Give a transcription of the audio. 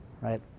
Right